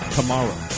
tomorrow